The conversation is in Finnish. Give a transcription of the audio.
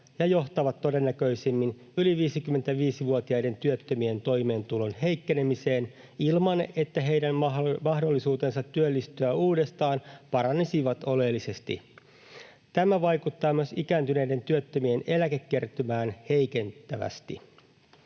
ja johtavat todennäköisimmin yli 55-vuotiaiden työttömien toimeentulon heikkenemiseen ilman, että heidän mahdollisuutensa työllistyä uudestaan paranisivat oleellisesti. Tämä vaikuttaa myös ikääntyneiden työttömien eläkekertymään heikentävästi.